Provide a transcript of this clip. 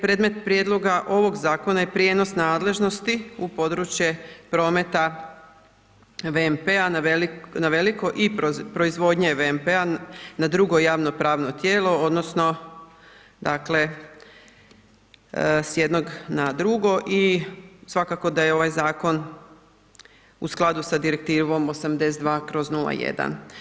Predmet prijedloga ovog zakona je prijenos nadležnosti u područje prometa VMP-a na veliko i proizvodnje VMP-a na drugo javno pravno tijelo odnosno dakle s jednog na drugo i svakako da je ovaj zakon u skladu s Direktivom 82/01.